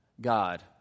God